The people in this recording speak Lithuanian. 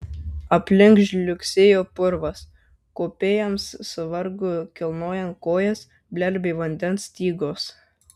aplink žliugsėjo purvas kopėjams su vargu kilnojant kojas blerbė vandens stygos